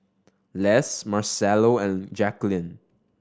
Les Marcello and Jacquelin